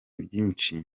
byinshi